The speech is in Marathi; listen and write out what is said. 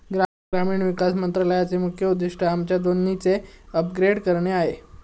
ग्रामीण विकास मंत्रालयाचे मुख्य उद्दिष्ट आमच्या दोन्हीचे अपग्रेड करणे आहे